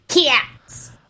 cats